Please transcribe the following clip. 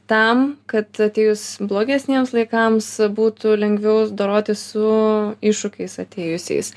tam kad atėjus blogesniems laikams būtų lengviau dorotis su iššūkiais atėjusiais